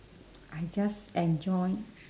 I just enjoy